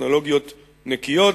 בטכנולוגיות נקיות.